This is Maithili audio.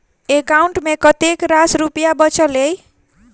एकाउंट मे कतेक रास रुपया बचल एई